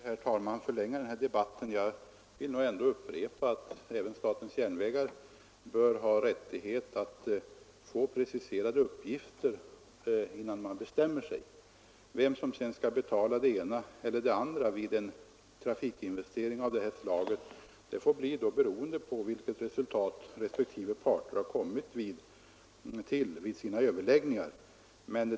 Herr talman! Jag skall inte förlänga den här debatten, men jag vill upprepa att även statens järnvägar bör ha rättighet att få preciserade uppgifter innan man bestämmer sig. Vem som sedan skall betala det ena eller det andra vid en trafikinvestering av detta slag får bli beroende av vilket resultat parterna kommit till vid sina överläggningar.